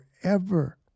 forever